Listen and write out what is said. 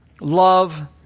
Love